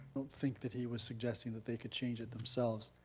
don't think that he was suggesting that they could change it themselves.